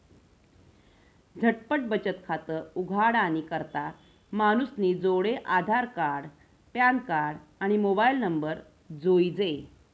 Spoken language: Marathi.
झटपट बचत खातं उघाडानी करता मानूसनी जोडे आधारकार्ड, पॅनकार्ड, आणि मोबाईल नंबर जोइजे